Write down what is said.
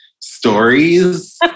stories